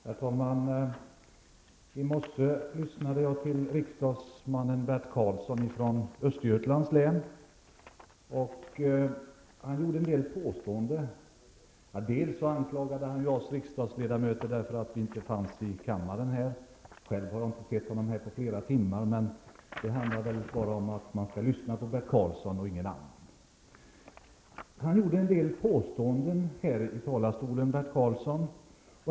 Herr talman! I morse lyssnade jag på riksdagsmannen Bert Karlsson från Östergötlands län. Han gjorde en del påståenden. Bl.a. anklagade han oss riksdagsledamöter för att inte finnas i kammaren. Själv har jag inte sett honom här på flera timmar. Det handlar väl om att bara lyssna på Bert Karlsson framförde en del påståenden från talarstolen.